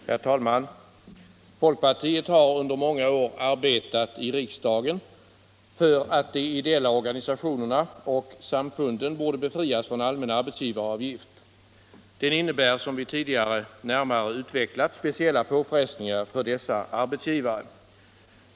Herr talman! Folkpartiet har under många år arbetat i riksdagen för att de ideella organisationerna och samfunden borde befrias från allmän arbetgivaravgift. Den innebär, som vi tidigare närmare utvecklat, speciella påfrestningar för dessa arbetsgivare.